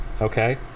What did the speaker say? okay